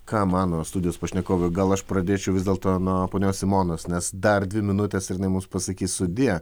ką mano studijos pašnekovai gal aš pradėčiau vis dėlto nuo ponios simonos nes dar dvi minutės ir jinai mums pasakys sudie